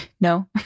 No